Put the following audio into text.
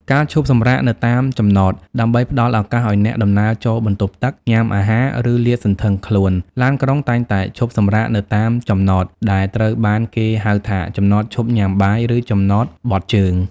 ការឈប់សម្រាកនៅតាមចំណត ដើម្បីផ្តល់ឱកាសឱ្យអ្នកដំណើរចូលបន្ទប់ទឹក ញ៉ាំអាហារ ឬលាតសន្ធឹងខ្លួន ឡានក្រុងតែងតែឈប់សម្រាកនៅតាមចំណត ដែលត្រូវបានគេហៅថា ចំណតឈប់ញ៉ាំបាយ ឬ ចំណតបត់ជើង។